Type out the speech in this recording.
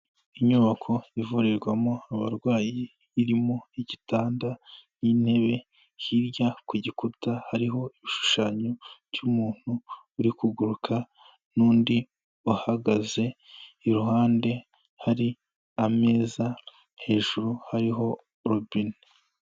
Inyubako ivurirwamo abarwayi, irimo igitanda n'intebe, hirya ku gikuta hariho igishushanyo cy'umuntu uri kuguruka, n'undi uhagaze, iruhande hari ameza, hejuru hariho robine.